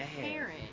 parent